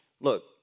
Look